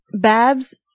Babs